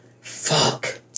fuck